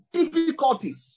difficulties